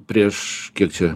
prieš kiek čia